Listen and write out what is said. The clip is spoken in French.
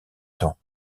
temps